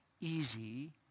easy